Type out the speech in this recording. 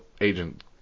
Agent